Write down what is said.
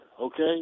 Okay